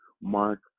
Mark